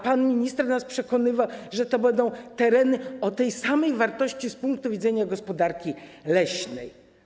Pan minister nas przekonywał, że to będą tereny o tej samej wartości z punktu widzenia gospodarki leśnej.